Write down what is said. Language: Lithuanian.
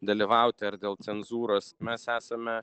dalyvauti ar dėl cenzūros mes esame